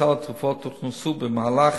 במסגרת סל התרופות הוכנסו במהלך